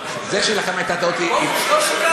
לא, זה שלכם הייתה טעות, פרוש, לא שיקרת.